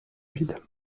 ville